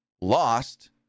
lost